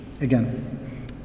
again